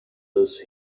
this